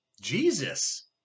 Jesus